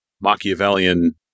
Machiavellian